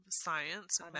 science